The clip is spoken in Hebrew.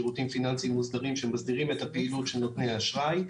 מוסדרים שמסדירים את הפעילות של נותני האשראי.